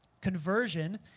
Conversion